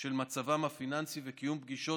של מצבם הפיננסי וקיום פגישות